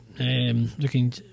Looking